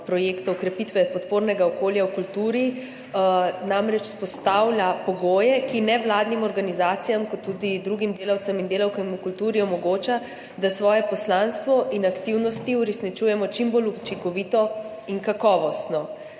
projektov krepitve podpornega okolja v kulturi namreč vzpostavlja pogoje, ki nevladnim organizacijam kot tudi drugim delavcem in delavkam v kulturi omogoča, da svoje poslanstvo in aktivnosti uresničujemo čim bolj učinkovito in kakovostno.